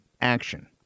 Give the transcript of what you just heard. action